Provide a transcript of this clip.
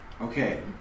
Okay